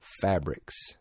fabrics